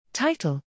Title